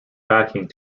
backing